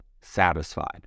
satisfied